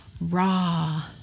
raw